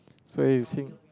so I think